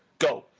go,